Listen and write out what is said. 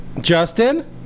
Justin